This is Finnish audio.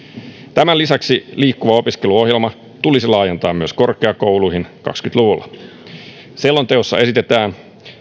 tämän lisäksi liikkuva opiskelu ohjelma tulisi laajentaa myös korkeakouluihin kaksikymmentä luvulla selonteossa esitetään